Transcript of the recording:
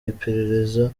iperereza